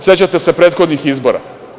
Sećate se prethodnih izbora.